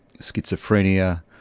schizophrenia